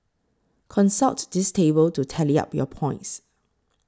consult this table to tally up your points